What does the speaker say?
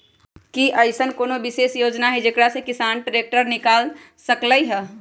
कि अईसन कोनो विशेष योजना हई जेकरा से किसान ट्रैक्टर निकाल सकलई ह?